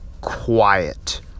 quiet